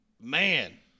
Man